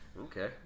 Okay